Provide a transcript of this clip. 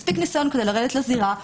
מספיק ניסיון כדי לרדת לזירה,